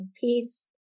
peace